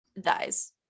dies